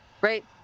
right